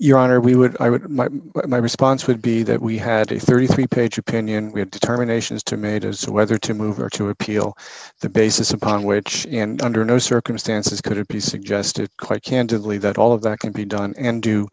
honor we would i would my response would be that we had a thirty three dollars page opinion we have determinations tomatoes whether to move or to appeal the basis upon which and under no circumstances could it be suggested quite candidly that all of that can be done and do